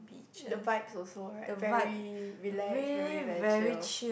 the vibes also right very relax very very chill